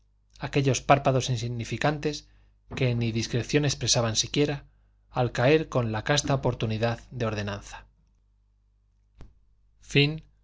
aquellos párpados insignificantes que ni discreción expresaban siquiera al caer con la casta oportunidad de ordenanza